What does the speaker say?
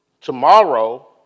Tomorrow